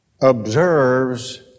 observes